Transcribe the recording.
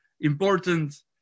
important